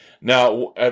Now